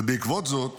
ובעקבות זאת